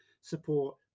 support